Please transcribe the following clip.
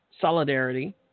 Solidarity